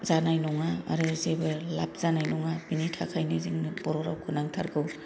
जानाय नङा आरो जेबो लाभ जानाय नङा बेनि थाखायनो जोङो बेनि थाखायनो जोंनो बर' रावखौ नांथारगौ